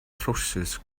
trowsus